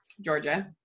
Georgia